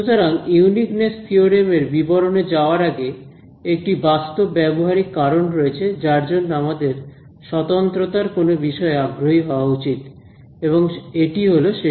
সুতরাং uniqueness theorem এর বিবরণে যাওয়ার আগে একটি বাস্তব ব্যবহারিক কারণ রয়েছে যার জন্য আমাদের স্বতন্ত্রতার কোনও বিষয়ে আগ্রহী হওয়া উচিত এবং এটি হল সেটি